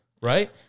right